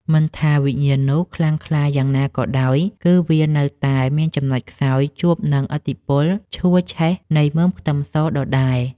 មិនថាវិញ្ញាណនោះខ្លាំងក្លាយ៉ាងណាក៏ដោយគឺវានៅតែមានចំណុចខ្សោយជួបនឹងឥទ្ធិពលឆួលឆេះនៃមើមខ្ទឹមសដដែល។